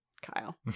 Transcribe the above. Kyle